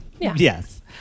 Yes